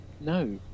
no